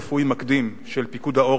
בטוקיו צוות רפואי מקדים של פיקוד העורף,